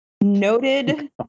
Noted